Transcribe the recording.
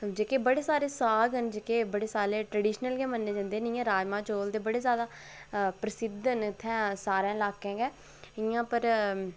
जेह्के बड़ी सारे साग न जेह्के बड़े सालें दे ट्रेडिशनल गै मन्ने जंदे न जि'यां राजमां चौल बड़े जैदा प्रसिद्ध न इत्थै सारै ल्हाकै गै इ'यां पर